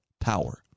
power